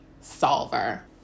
solver